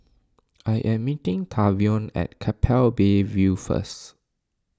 I am meeting Tavion at Keppel Bay View first